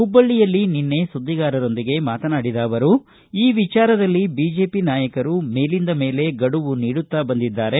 ಹುಬ್ಲಳ್ಳಿಯಲ್ಲಿ ನಿನ್ನೆ ಸುದ್ಧಿಗಾರರೊಂದಿಗೆ ಮಾತನಾಡಿದ ಅವರು ಈ ವಿಚಾರದಲ್ಲಿ ಬಿಜೆಪಿ ನಾಯಕರು ಮೇಲಿಂದ ಮೇಲೆ ಗಡುವು ನೀಡುತ್ತಾ ಬಂದಿದ್ದಾರೆ